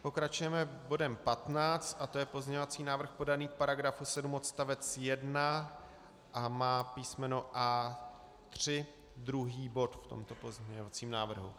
Pokračujeme bodem 15 a to je pozměňovací návrh podaný k § 7 odst. 1 a má písmeno A3, druhý bod v tomto pozměňovacím návrhu.